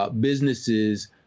businesses